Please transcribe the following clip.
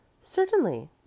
Certainly